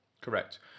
correct